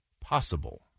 possible